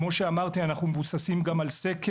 כמו שאמרתי, אנחנו מבוססים גם על סקר,